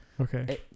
Okay